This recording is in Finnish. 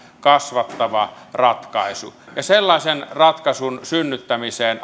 kasvattava ratkaisu hallitus on valmis sellaisen ratkaisun synnyttämiseen